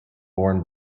born